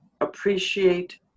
appreciate